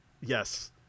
Yes